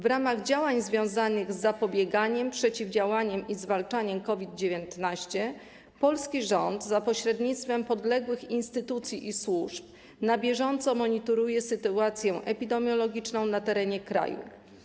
W ramach działań związanych z zapobieganiem, przeciwdziałaniem i zwalczaniem COVID-19 polski rząd za pośrednictwem podległych instytucji i służb na bieżąco monitoruje sytuację epidemiologiczną na terenie kraju.